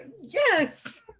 yes